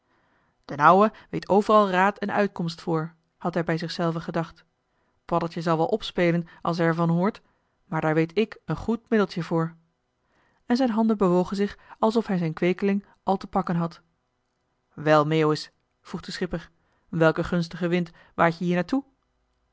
d'n ouwe weet overal raad en uitkomst voor had hij bij zichzelven gedacht paddeltje zal wel opspelen als hij er van hoort maar daar weet ik een goed middeltje voor en zijn handen bewogen zich alsof hij zijn kweekeling al te pakken had wel meeuwis vroeg de schipper welke gunstige wind waait je hier